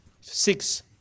Six